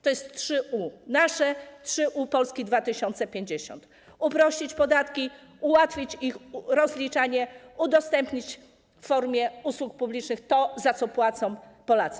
To jest 3U, nasze 3U Polski 2050: uprościć podatki, ułatwić ich rozliczanie, udostępnić w formie usług publicznych to, za co płacą Polacy.